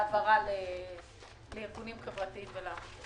בהעברה לארגונים חברתיים.